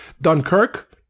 Dunkirk